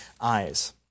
eyes